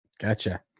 Gotcha